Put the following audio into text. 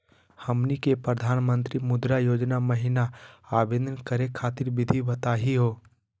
हमनी के प्रधानमंत्री मुद्रा योजना महिना आवेदन करे खातीर विधि बताही हो?